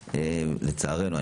לצערנו,